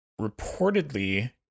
Reportedly